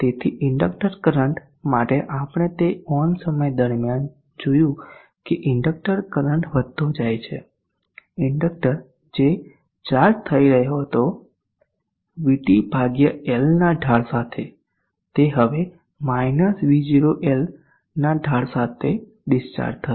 તેથી inductor current માટે આપણે તે ઓન સમય દરમિયાન જોયું કે ઇન્ડક્ટર કરંટ વધતો જાય છે ઇન્ડક્ટર જે ચાર્જ થઇ રહ્યો હતો VT L ના ઢાળ સાથે તે હવે - V0 L ના ઢાળ સાથે ડીસ્ચાર્જ થશે